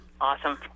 Awesome